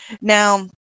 Now